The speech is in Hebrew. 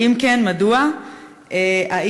2. אם כן, מדוע?